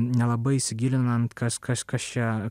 nelabai įsigilinant kas kas kas čia